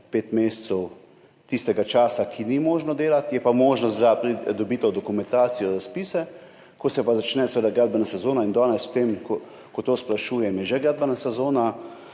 5 mesecev tistega časa, ko ni možno delati, je pa možnost za pridobitev dokumentacije, razpisov, ko se pa seveda začne gradbena sezona, in danes, ko to sprašujem, je že gradbena sezona,